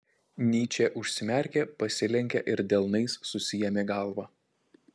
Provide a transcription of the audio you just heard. nyčė užsimerkė pasilenkė ir delnais susiėmė galvą